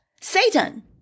Satan